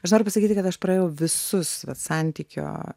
aš noriu pasakyti kad aš praėjau visus vat santykio